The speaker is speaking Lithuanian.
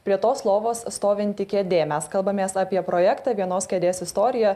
prie tos lovos stovinti kėdė mes kalbamės apie projektą vienos kėdės istorija